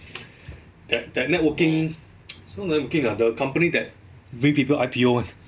that that networking so lurking ah that company that bring people I_P_O [one]